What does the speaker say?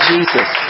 Jesus